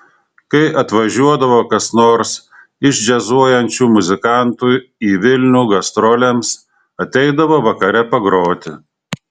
kai atvažiuodavo kas nors iš džiazuojančių muzikantų į vilnių gastrolėms ateidavo vakare pagroti